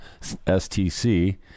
STC